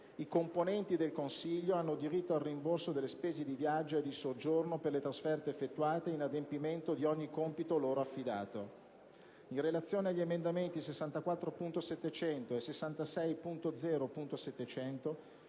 "I componenti del Consiglio hanno diritto al rimborso delle spese di viaggio e di soggiorno per le trasferte effettuate in adempimento di ogni compito loro affidato". In relazione agli emendamenti 64.700 e 66.0.700